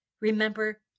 remember